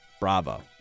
bravo